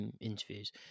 interviews